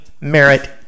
merit